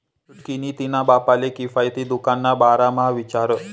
छुटकी नी तिन्हा बापले किफायती दुकान ना बारा म्हा विचार